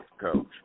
coach